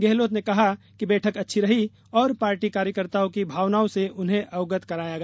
गहलोत ने कहा कि बैठक अच्छी रही और पार्टी कार्यकर्ताओं की भावनाओं से उन्हें अवगत कराया गया